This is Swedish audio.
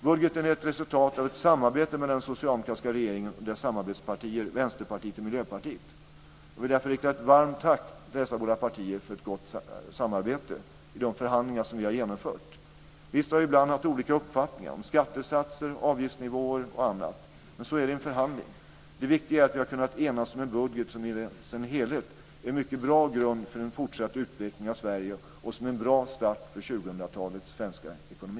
Budgeten är ett resultat av ett samarbete mellan den socialdemokratiska regeringen och dess samarbetspartier Vänsterpartiet och Miljöpartiet. Jag vill därför rikta ett varmt tack till dessa båda partier för ett gott samarbete i de förhandlingar som vi har genomfört. Visst har vi ibland haft olika uppfattningar om skattesatser, avgiftsnivåer och annat. Men så är det i en förhandling. Det viktiga är att vi har kunnat enas om en budget som i sin helhet ger en mycket bra grund för en fortsatt utveckling av Sverige och som är en bra start för 2000-talets svenska ekonomi.